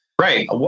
Right